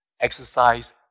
Exercise